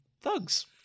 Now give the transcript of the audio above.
thugs